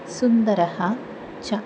सुन्दरः च